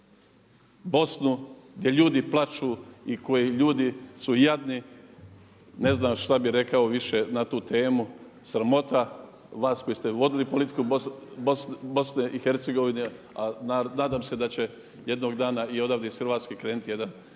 Bosnu gdje ljudi plaću i ljudi su jadni. Ne znam što bi rekao više na tu temu. Sramota vas koji ste vodili politiku BiH, a nadam se da će jednoga dana i odavde iz Hrvatske krenuti jedan